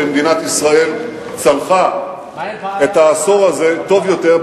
ומדינת ישראל צלחה את העשור הזה טוב יותר,